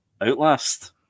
Outlast